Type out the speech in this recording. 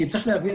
כי צריך להבין,